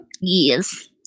Yes